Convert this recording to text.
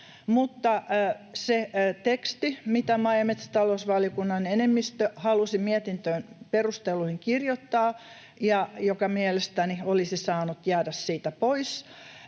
mutta se teksti, mitä maa- ja metsätalousvaliokunnan enemmistö halusi mietintöön perusteluihin kirjoittaa ja mikä mielestäni olisi saanut jäädä siitä pois,